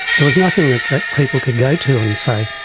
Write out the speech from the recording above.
there was nothing that people could go to and say,